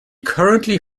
currently